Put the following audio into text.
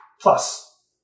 Plus